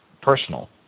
personal